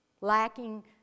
lacking